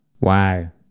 Wow